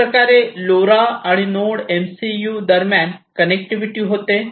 अशाप्रकारे लोरा आणि node MCU दरम्यान कनेक्टिविटी होते